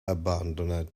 abandoned